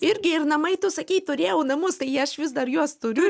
irgi ir namai tu sakei turėjau namus tai aš vis dar juos turiu